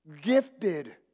Gifted